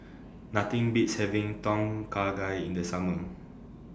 Nothing Beats having Tom Kha Gai in The Summer